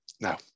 Now